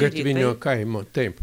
gatvinio kaimo taip